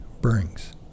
brings